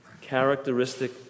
characteristic